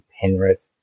Penrith